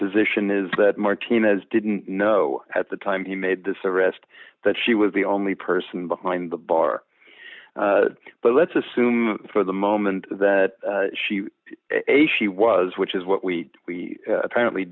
position is that martinez didn't know at the time he made this arrest that she was the only person behind the bar but let's assume for the moment that she a she was which is what we we apparently